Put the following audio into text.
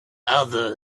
other